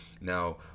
Now